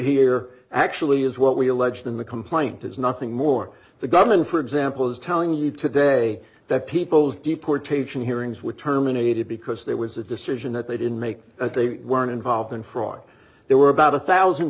here actually is what we alleged in the complaint is nothing more the government for example is telling you today that people's deportation hearings were terminated because there was a decision that they didn't make that they weren't involved in fraud there were about a thousand